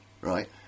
right